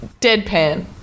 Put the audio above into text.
deadpan